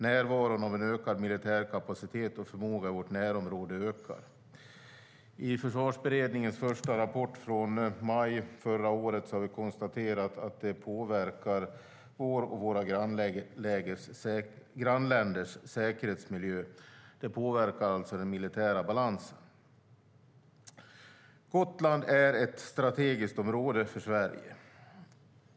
Närvaron av militär kapacitet och förmåga i vårt närområde ökar. I Försvarsberedningens första rapport från maj förra året konstaterar vi att detta påverkar vår och våra grannländers säkerhetsmiljö. Det påverkar alltså den militära balansen. Gotland är ett strategiskt område för Sverige.